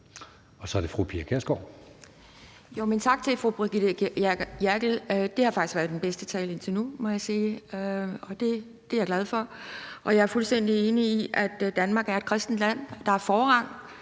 Kl. 22:10 Pia Kjærsgaard (DF): Tak til fru Brigitte Klintskov Jerkel. Det har faktisk været den bedste tale indtil nu, må jeg sige, og det er jeg glad for, og jeg er fuldstændig enig i, at Danmark er et kristent land, og at der er forrang